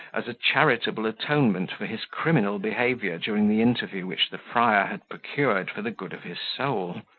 as a charitable atonement for his criminal behaviour during the interview which the friar had procured for the good of his soul.